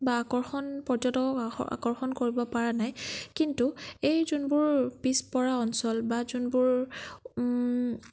বা আকৰ্ষণ পৰ্যটকক আকৰ্ষণ আকৰ্ষণ কৰিবপৰা নাই কিন্তু এই যোনবোৰ পিছপৰা অঞ্চল বা যোনবোৰ